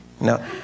No